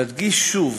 נדגיש שוב,